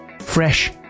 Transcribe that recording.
fresh